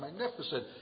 magnificent